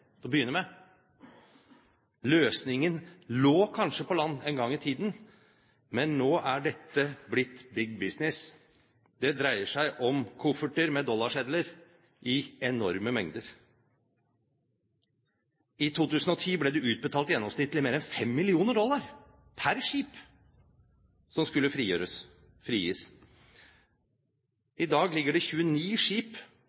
til å begynne med. Løsningen lå kanskje på land en gang i tiden. Men nå er dette blitt big business. Det dreier seg om kofferter med dollarsedler i enorme mengder. I 2010 ble det utbetalt gjennomsnittlig mer enn 5 mill. dollar per skip som skulle frigis. I dag holdes det 29 skip